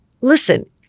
listen